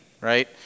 right